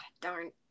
Darn